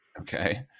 Okay